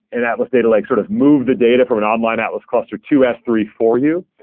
and atlas data lake, sort of move the data from an online atlas cluster to s three for you.